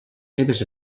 seves